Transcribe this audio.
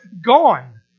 gone